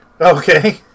Okay